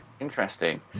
interesting